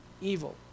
evil